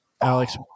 Alex